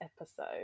episode